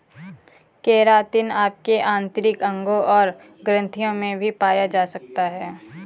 keratin आपके आंतरिक अंगों और ग्रंथियों में भी पाया जा सकता है